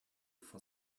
for